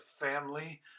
family